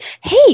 hey